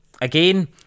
again